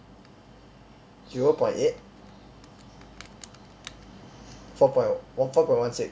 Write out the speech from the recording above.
zero point eight four point four point one six